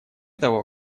того